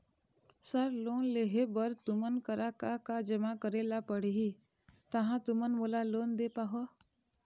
Sir loan लेहे बर तुमन करा का का जमा करें ला पड़ही तहाँ तुमन मोला लोन दे पाहुं?